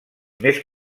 més